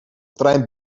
trein